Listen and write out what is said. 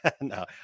No